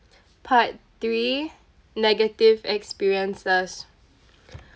part three negative experiences